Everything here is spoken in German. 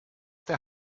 der